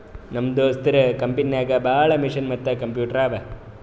ನಮ್ ದೋಸ್ತದು ಕಂಪನಿನಾಗ್ ಭಾಳ ಮಷಿನ್ ಮತ್ತ ಕಂಪ್ಯೂಟರ್ ಅವಾ